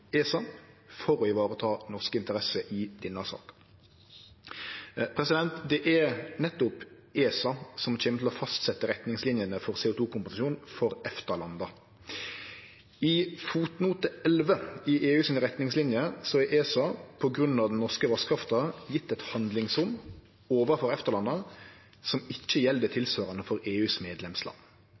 for å vareta norske interesser i denne saka. Det er nettopp ESA som kjem til å fastsetje retningslinjene for CO 2 -kompensasjon for EFTA-landa. I fotnote 11 i EUs retningslinjer er ESA, på grunn av den norske vasskrafta, gjeve eit handlingsrom overfor EFTA-landa som ikkje gjeld tilsvarande for EUs medlemsland.